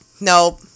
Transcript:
Nope